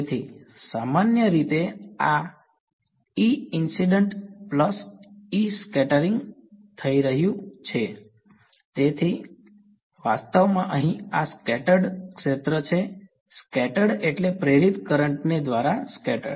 તેથી સામાન્ય રીતે આ E incident plus E scattering થઈ રહ્યું છે તેથી આ વાસ્તવમાં અહીં આ સ્કેટર્ડ ક્ષેત્ર છે સ્કેટર્ડ એટ્લે પ્રેરિત કરંટ ને દ્વારા સ્કેટર્ડ